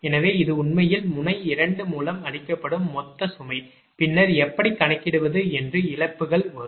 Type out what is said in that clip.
எனவே இது உண்மையில் முனை 2 மூலம் அளிக்கப்படும் மொத்த சுமை பின்னர் எப்படி கணக்கிடுவது என்று இழப்புகள் வரும்